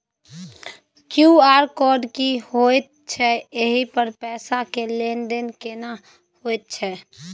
QR code की होयत छै एहि पर पैसा के लेन देन केना होयत छै?